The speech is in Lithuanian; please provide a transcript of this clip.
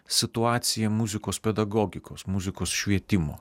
situaciją muzikos pedagogikos muzikos švietimo